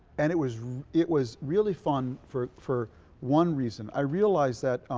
and it was it was really fun for for one reason. i realized that.